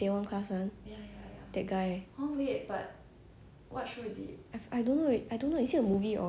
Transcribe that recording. I don't know leh I don't know is it a movie or do~ I don't know what movie or drama really